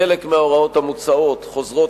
חלק מההוראות המוצעות חוזרות,